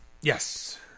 Yes